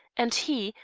and he,